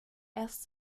erst